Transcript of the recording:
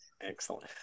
Excellent